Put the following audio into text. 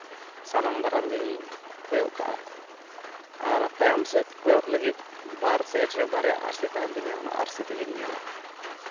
ᱥᱟᱢᱟᱝ ᱫᱟᱨᱟᱢᱜᱤᱧ ᱠᱚᱭᱚᱜ ᱠᱟᱜᱼᱟ ᱟᱨ ᱛᱟᱭᱚᱢ ᱥᱮᱫ ᱠᱚᱭᱚᱜ ᱞᱟᱹᱜᱤᱫ ᱵᱟᱨ ᱥᱟᱭᱤᱰᱨᱮ ᱵᱟᱨᱭᱟ ᱟᱹᱨᱥᱤ ᱛᱟᱦᱮᱱ ᱛᱤᱧᱟ ᱚᱱᱟ ᱟᱹᱨᱥᱤ ᱛᱮᱜᱤᱧ ᱧᱮᱞᱟ